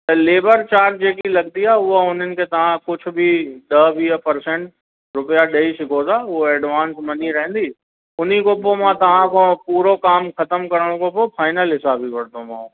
त labour charge जेकी लॻंदी आहे उहा उन्हनि खे तव्हां कुझु बि ॾह वीह परसेंट रुपया ॾेई सघो था उहो एडवांस मनी रहंदी उन खां पोइ मां तव्हां खां पूरो काम ख़तम करण खां पोइ फाइनल हिसाब ई वठंदोमांव